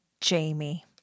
Jamie